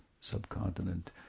subcontinent